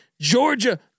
Georgia